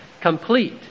complete